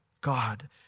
God